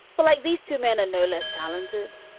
but like, these two men are no less talented.